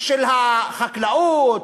של החקלאות,